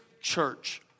church